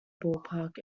ballpark